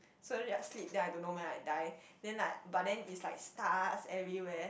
slowly I sleep then I don't know when I die then like but then is like stars everywhere